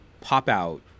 pop-out